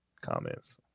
Comments